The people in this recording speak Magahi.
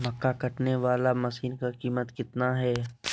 मक्का कटने बाला मसीन का कीमत कितना है?